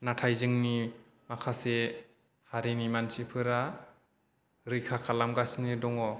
नाथाय जोंनि माखासे हारिनि मानसिफोरा रैखा खालामगासिनो दङ